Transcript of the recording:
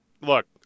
look